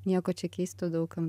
nieko čia keisto daug kam